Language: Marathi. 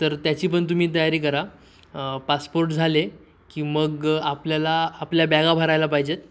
तर त्याची पण तुम्ही तयारी करा पासपोर्ट झाले की मग आपल्याला आपल्या बॅगा भरायला पाहिजेत